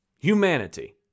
humanity